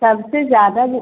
सबसे ज़्यादा जो